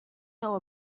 know